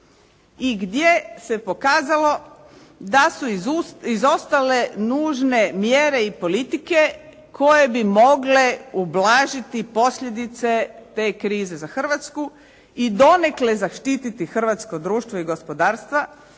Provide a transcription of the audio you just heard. i gdje se pokazalo da su izostale nužne mjere i politike koje bi mogle ublažiti posljedice te krize za Hrvatsku i donekle zaštititi hrvatsko društvo i gospodarstvo